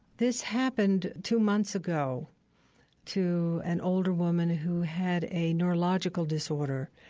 this happened two months ago to an older woman who had a neurological disorder.